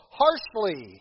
harshly